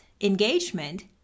engagement